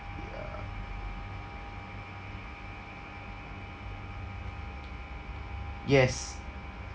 ya yes